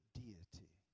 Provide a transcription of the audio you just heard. deity